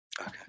Okay